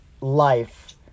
life